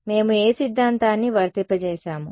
మేము ఏ సిద్ధాంతాన్ని వర్తింపజేసాము